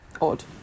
odd